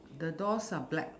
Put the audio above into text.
the doors are black